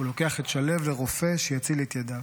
הוא לוקח את שליו לרופא שיציל את ידיו.